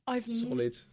Solid